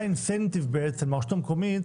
זה האינסנטיב לרשות המקומית